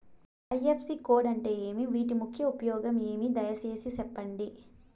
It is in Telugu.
ఐ.ఎఫ్.ఎస్.సి కోడ్ అంటే ఏమి? వీటి ముఖ్య ఉపయోగం ఏమి? దయసేసి సెప్పండి?